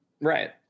Right